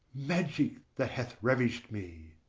magic, that hath ravish'd me.